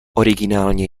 originálně